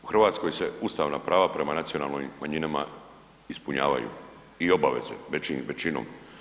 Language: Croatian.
U Hrvatskoj se ustavna prava prema nacionalnim manjinama ispunjavaju i obaveze većinom.